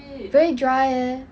very dry leh